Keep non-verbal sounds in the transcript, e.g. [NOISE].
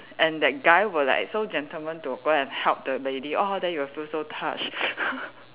and that guy will like so gentleman to go and help the lady oh then you'll feel so touched [LAUGHS]